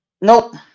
Nope